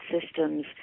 systems